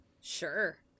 Sure